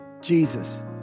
Jesus